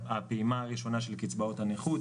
הפעימה הראשונה של קצבאות הנכות.